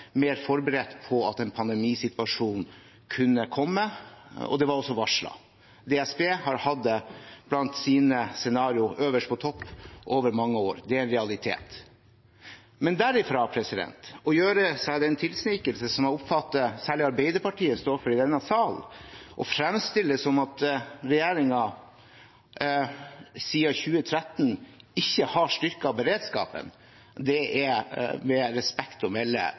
mer forberedt på at en pandemisituasjon kunne komme, og det var også varslet. DSB har hatt det øverst på topp blant sine scenarioer over mange år. Det er en realitet. Men derfra til å gjøre seg den tilsnikelsen som jeg oppfatter at særlig Arbeiderpartiet står for i denne sal, og fremstille det som at regjeringen siden 2013 ikke har styrket beredskapen, er med respekt å melde